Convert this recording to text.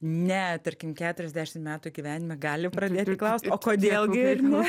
ne tarkim keturiasdešimt metų gyvenime gali pradėti klaust o kodėl gi ir ne